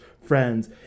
friends